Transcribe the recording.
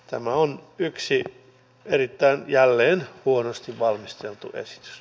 tämä on jälleen yksi erittäin huonosti valmisteltu esitys